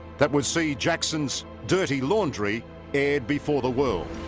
that would see jackson's dirty laundry aired before the world